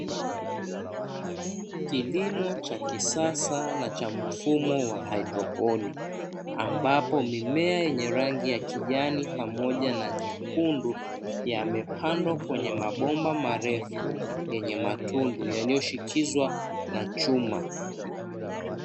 Kilimo cha kisasa na cha mfumo wa haidroponi, ambapo mimea yenye rangi ya kijani pamoja na nyekundu, yamepandwa kwenye mabomba marefu yenye matundu yanayoshikizwa na chuma.